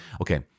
Okay